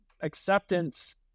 acceptance